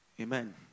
Amen